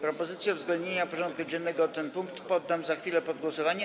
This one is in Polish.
Propozycję uzupełnienia porządku dziennego o ten punkt poddam za chwilę pod głosowanie.